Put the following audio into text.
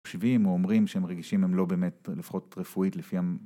חושבים ואומרים שהם רגישים, הם לא באמת, לפחות רפואית לפי...